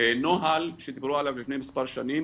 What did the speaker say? נוהל שדיברו עליו לפני מספר שנים,